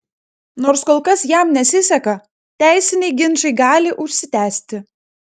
nors kol kas jam nesiseka teisiniai ginčai gali užsitęsti